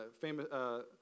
famous